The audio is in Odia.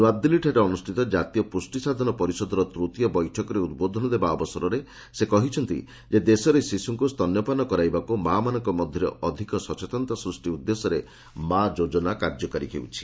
ନୂଆଦିଲ୍ଲୀଠାରେ ଅନୁଷ୍ଠିତ କ୍ରାତୀୟ ପୁଷ୍ଟିସାଧନ ପରିଷଦର ତୃତୀୟ ବୈଠକରେ ଉଦ୍ବୋଧନ ଦେବା ଅବସରରେ ସେ କହିଛନ୍ତି ଯେ ଦେଶରେ ଶିଶୁଙ୍କୁ ସ୍ତନ୍ୟପାନ କରାଇବାକୁ ମାମାନଙ୍କ ମଧ୍ୟରେ ଅଧିକ ସଚେତନତା ସୃଷ୍ଟି ଉଦ୍ଦେଶ୍ୟରେ ମା ଯୋଜନା କାର୍ଯ୍ୟକାରୀ ହେଉଛି